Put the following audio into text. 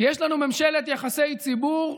כי יש לנו ממשלת יחסי ציבור,